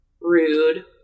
rude